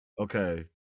Okay